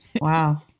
Wow